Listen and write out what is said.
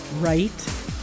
right